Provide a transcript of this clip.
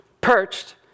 perched